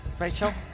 Rachel